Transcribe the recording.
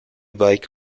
bike